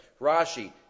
Rashi